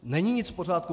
Není nic v pořádku.